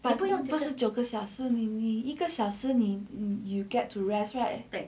你不用九个九个小时你你一个小时你 you get to rest right